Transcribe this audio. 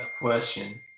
question